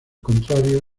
contrario